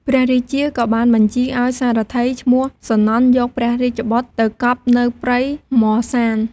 ព្រះរាជាក៏បានបញ្ជាឱ្យសារថីឈ្មោះ សុនន្ទ យកព្រះរាជបុត្រទៅកប់នៅព្រៃហ្មសាន។